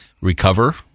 recover